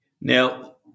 Now